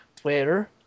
Twitter